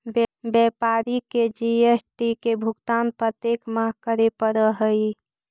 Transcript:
व्यापारी के जी.एस.टी के भुगतान प्रत्येक माह करे पड़ऽ हई